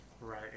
Right